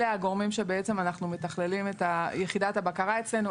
אלה הגורמים שבעצם אנחנו מתכללים את יחידת הבקרה אצלנו.